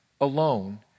alone